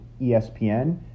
ESPN